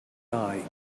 night